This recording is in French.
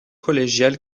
collégial